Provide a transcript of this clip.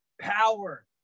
power